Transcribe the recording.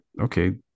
okay